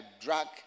drug